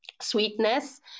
sweetness